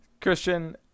christian